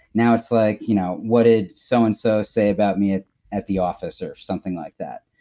now, it's like you know what did so and so say about me at at the office? or something like that.